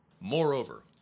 moreover